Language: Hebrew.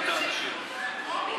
טרומית.